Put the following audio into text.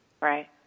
Right